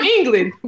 England